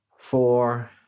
four